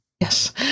Yes